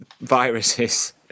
viruses